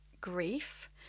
grief